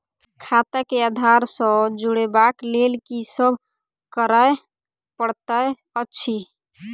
खाता केँ आधार सँ जोड़ेबाक लेल की सब करै पड़तै अछि?